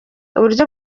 uburyo